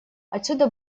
отсюда